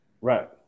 Right